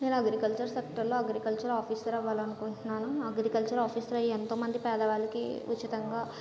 నేను అగ్రికల్చర్ సెక్టార్లో agriculture officer అవ్వాలి అనుకుంటున్నాను అగ్రికల్చర్ ఆఫీసర్ అవి ఎంతో మంది పేదవాళ్ళకి ఉచితంగా